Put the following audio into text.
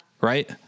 Right